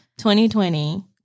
2020